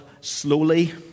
slowly